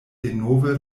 denove